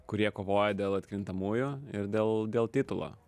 kurie kovoja dėl atkrintamųjų ir dėl dėl titulo